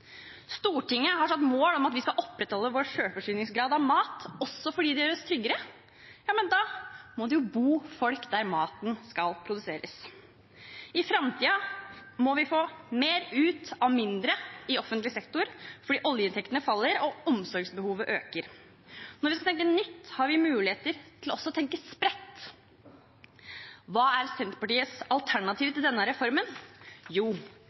Stortinget har satt mål om at vi skal opprettholde vår selvforsyningsgrad av mat, også fordi det gjør oss tryggere. Men da må det jo bo folk der maten skal produseres. I framtiden må vi få mer ut av mindre i offentlig sektor fordi oljeinntektene faller og omsorgsbehovet øker. Når vi skal tenke nytt, har vi muligheter til også å tenke spredt. Hva er Senterpartiets alternativ til denne reformen? Jo,